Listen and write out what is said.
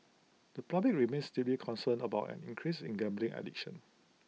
the public remains deeply concerned about an increase in gambling addiction